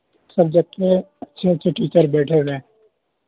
subject میں اچھے اچھے ٹیچر بیٹھے رہیں